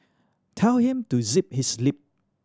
tell him to zip his lip